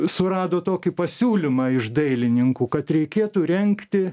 surado tokį pasiūlymą iš dailininkų kad reikėtų rengti